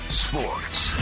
sports